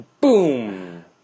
Boom